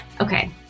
okay